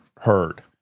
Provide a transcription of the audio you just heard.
heard